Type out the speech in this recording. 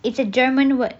it's a german word